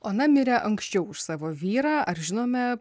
ona mirė anksčiau už savo vyrą ar žinome